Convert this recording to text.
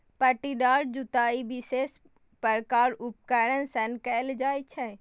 पट्टीदार जुताइ विशेष प्रकारक उपकरण सं कैल जाइ छै